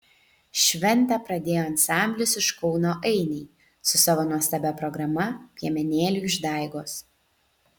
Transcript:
šventę pradėjo ansamblis iš kauno ainiai su savo nuostabia programa piemenėlių išdaigos